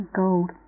gold